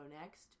next